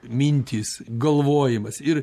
mintys galvojimas ir